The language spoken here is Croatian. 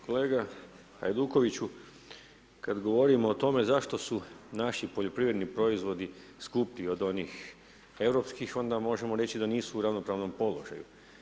Kolega Hajdukoviću, kada govorimo o tome zašto su naši poljoprivredni proizvodi skuplji od onih europskih, onda možemo reći da nisu u ravnopravnom položaju.